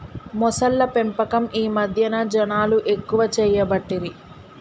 మొసళ్ల పెంపకం ఈ మధ్యన జనాలు ఎక్కువ చేయబట్టిరి